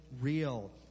real